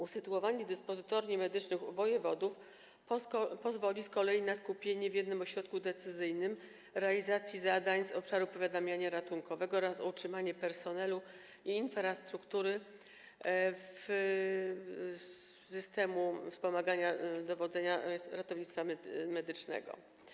Usytuowanie dyspozytorni medycznych u wojewodów pozwoli z kolei na skupienie w jednym ośrodku decyzyjnym realizacji zadań z obszaru powiadamiania ratunkowego oraz na utrzymanie personelu i infrastruktury systemu wspomagania dowodzenia ratownictwa medycznego.